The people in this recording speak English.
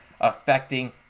affecting